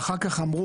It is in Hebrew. ואחר-כך לקחו